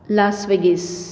लास विलीस